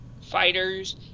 fighters